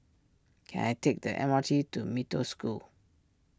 can I take the M R T to Mee Toh School